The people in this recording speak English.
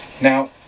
now